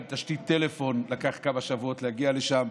גם לתשתית טלפון לקח כמה שבועות להגיע לשם.